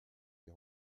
les